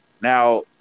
Now